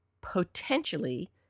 potentially